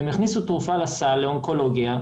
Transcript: אם הכניסו תרופה לסל לאונקולוגיה,